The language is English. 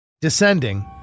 descending